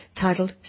titled